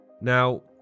Now